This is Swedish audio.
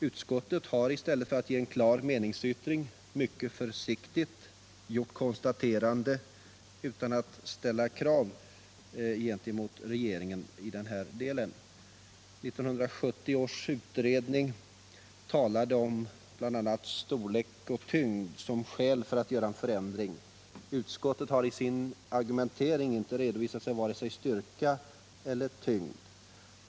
Utskottet har egentligen, i stället för att avge en klar meningsyttring, mycket försiktigt gjort konstateranden utan att framföra krav till regeringen i denna del. 1970 års utredning talade som sagt bl.a. om ”storlek och tyngd” som skäl för att göra en förändring. Utskottet har i sin argumentering inte redovisat vare sig styrka eller tyngd.